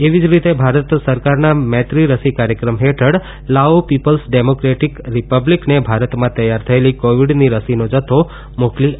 એવી જ રીતે ભારત સરકારના મૈત્રી રસી કાર્યક્રમ હેઠળ લાઓ પિપલ્સ ડેમોક્રેટીક રીપબ્લીકને ભારતમાં તૈયાર થયેલી કોવીડની રસીનો જથ્થો મોકલી આપ્યો છે